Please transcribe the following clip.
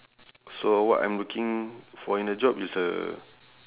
so what I'm looking for in a job is a